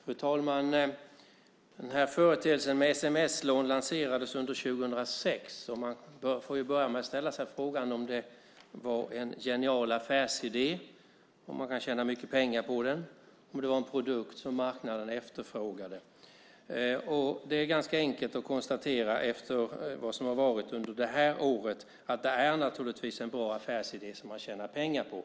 Fru talman! Företeelsen sms-lån lanserades under år 2006. Jag får börja med att ställa frågan om det var en genial affärsidé som man kunde tjäna mycket pengar på och om det var en produkt som marknaden efterfrågade. Efter vad som har varit under det här året är det ganska enkelt att konstatera att sms-lånen naturligtvis är en bra affärsidé som man tjänar pengar på.